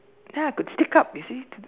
ya could stick up you see